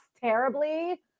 terribly